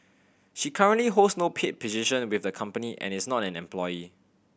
she currently holds no paid position with the company and is not an employee